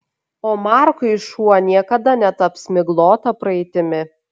o markui šuo niekada netaps miglota praeitimi